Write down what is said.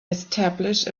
establish